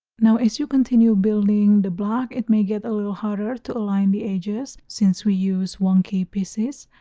now as you continue building the block it may get a little harder to align the edges since we use wonky pieces.